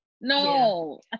No